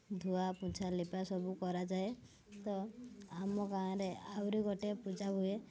ଧୁଆ ପୋଛା ଲିପା ସବୁ କରାଯାଏ ତ ଆମ ଗାଁ'ରେ ଆହୁରି ଗୋଟେ ପୂଜା ହୁଏ